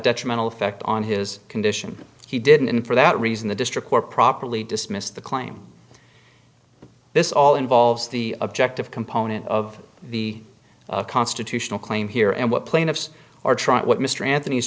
detrimental effect on his condition he didn't for that reason the district or properly dismissed the claim this all involves the objective component of the constitutional claim here and what plaintiffs are trying what mr anthony is